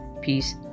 peace